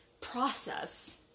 process